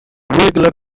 regular